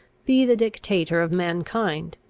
be the dictator of mankind,